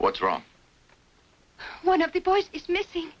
what's wrong one of the boys is missing